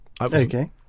Okay